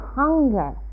hunger